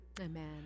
Amen